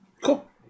Cool